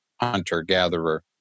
hunter-gatherer